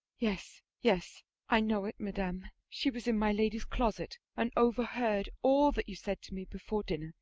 yes, yes i know it, madam she was in my lady's closet, and overheard all that you said to me before dinner.